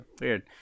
Weird